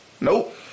Nope